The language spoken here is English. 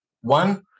One